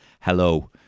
hello